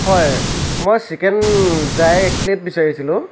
হয় মই chicken dry একপ্লেট বিচাৰিছিলোঁ